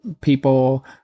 people